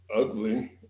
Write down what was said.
ugly